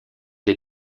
les